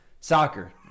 Soccer